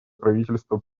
правительство